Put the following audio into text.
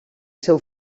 seu